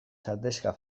sardexka